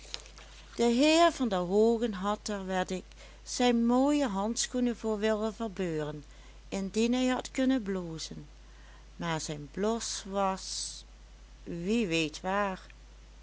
de heer van der hoogen had er wed ik zijn mooie handschoenen voor willen verbeuren indien hij had kunnen blozen maar zijn blos was wie weet waar